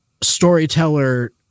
storyteller